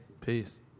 peace